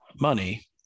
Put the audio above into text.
money